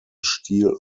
stil